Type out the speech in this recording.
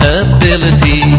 ability